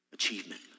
Achievement